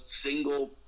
single